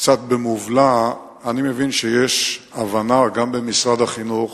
קצת במובלע, אני מבין שיש הבנה גם במשרד החינוך